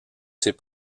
ses